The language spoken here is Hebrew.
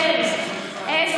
במזרח ירושלים.